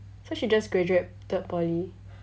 so she just graduated poly